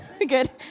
Good